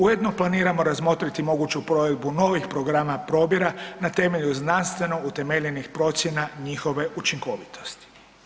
Ujedno planiramo razmotriti moguću provedbu novih programa probira na temelju znanstveno utemeljenih procjena njihove učinkovitosti.